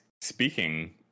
speaking